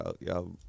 y'all